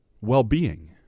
well-being